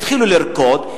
התחילו לרקוד,